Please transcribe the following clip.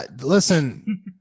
listen